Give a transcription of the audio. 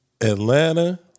Atlanta